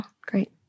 Great